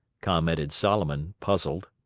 commented solomon, puzzled.